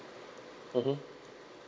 mmhmm